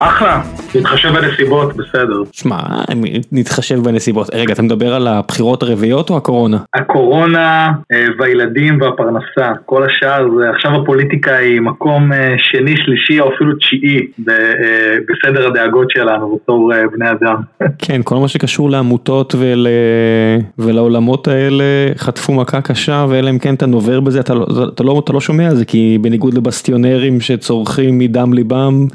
אחלה, נתחשב בנסיבות, בסדר. תשמע, נתחשב בנסיבות. רגע, אתה מדבר על הבחירות הרביעיות או הקורונה? הקורונה והילדים והפרנסה. כל השאר זה, עכשיו הפוליטיקה היא מקום שני, שלישי, או אפילו תשיעי, בסדר הדאגות שלנו, בתור בני אדם. כן, כל מה שקשור לעמותות ולעולמות האלה, חטפו מכה קשה, ואלה אם כן אתה נובר בזה, אתה לא שומע, זה כי בניגוד לבסטיונרים שצורחים מדם ליבם,